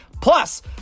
plus